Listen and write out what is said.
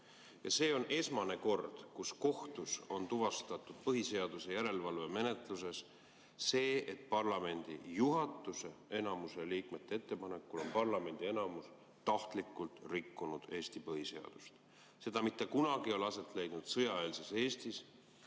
See on esimene kord, kui kohus on tuvastanud põhiseaduse järelevalve menetluses selle, et parlamendi juhatuse enamuse ettepanekul on parlamendi enamus tahtlikult rikkunud Eesti põhiseadust. Seda ei leidnud mitte kunagi aset sõjaeelses Eestis.